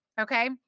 Okay